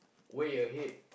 way ahead